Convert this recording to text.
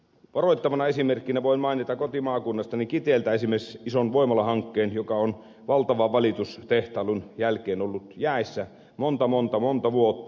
varoittavana esimerkkinä voin mainita kotimaakunnastani kiteeltä esimerkiksi ison voimalahankkeen joka on valtavan valitustehtailun jälkeen ollut jäissä monta monta monta vuotta